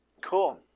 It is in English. Cool